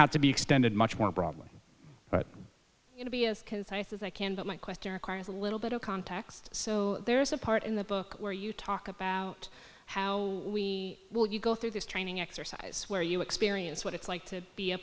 have to be extended much more broadly to be as concise as i can but my question requires a little bit of context so there's a part in the book where you talk about how we will you go through this training exercise where you experience what it's like to be a